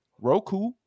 Roku